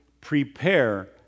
prepare